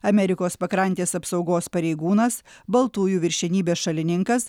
amerikos pakrantės apsaugos pareigūnas baltųjų viršenybės šalininkas